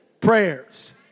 prayers